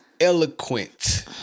Eloquent